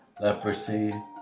leprosy